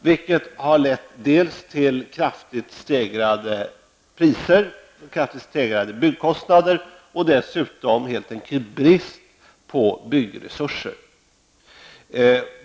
Detta har lett till dels kraftigt stegrade byggkostnader, dels helt enkelt brist på byggresurser.